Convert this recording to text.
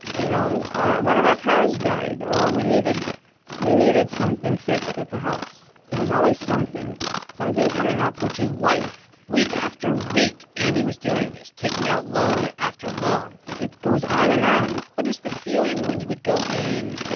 you know, one of our cars died, or we needed we needed something fixed at the house. it was always something something coming up, which is life week after week, amy was doing this taking out loan after loan it goes on and on what is the feeling when you would go in?